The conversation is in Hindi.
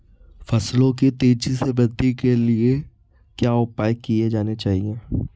फसलों की तेज़ी से वृद्धि के लिए क्या उपाय किए जाने चाहिए?